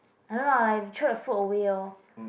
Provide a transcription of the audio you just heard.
I don't know lah like throw the food away orh